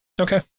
Okay